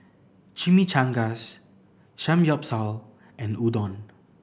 Chimichangas Samgyeopsal and Udon